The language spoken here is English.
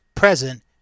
present